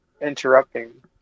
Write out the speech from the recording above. interrupting